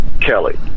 kelly